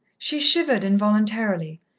she shivered involuntarily,